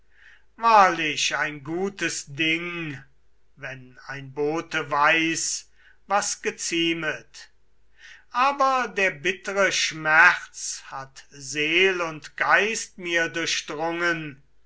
wahrlich ein gutes ding wenn ein bote weiß was geziemet aber der bittere schmerz hat seel und geist mir